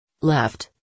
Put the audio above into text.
Left